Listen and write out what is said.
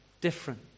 different